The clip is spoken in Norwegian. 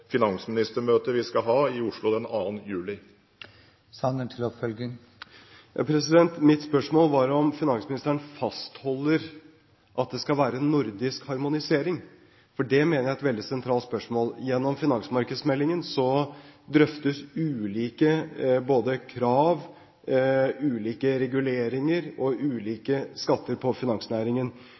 finansministermøtet vi skal ha i Oslo den 2. juli. Mitt spørsmål var om finansministeren fastholder at det skal være nordisk harmonisering. Jeg mener det er et veldig sentralt spørsmål. Gjennom finansmarkedsmeldingen drøftes både ulike krav, ulike reguleringer og ulike skatter på finansnæringen.